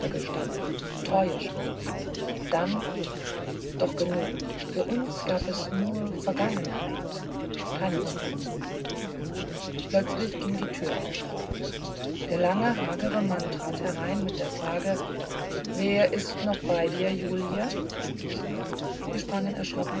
gestanden treue schworen dann doch genug für uns gab es nur vergangenheit keine zukunft plötzlich ging die tür auf der lange hagere mann trat herein mit der frage wer ist noch bei dir julie wir sprangen erschrocken